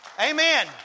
amen